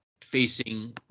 facing